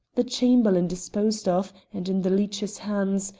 the chamberlain disposed of, and in the leech's hands,